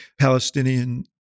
Palestinian